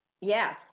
Yes